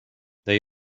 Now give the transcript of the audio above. they